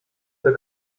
der